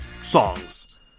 songs